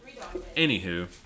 anywho